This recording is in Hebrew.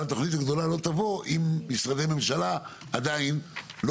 אבל התוכנית הגדולה לא תבוא אם משרדי הממשלה עדיין לא